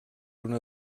una